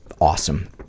awesome